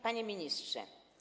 Panie Ministrze!